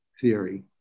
theory